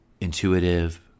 intuitive